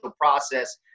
process